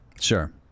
sure